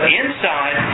inside